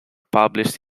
published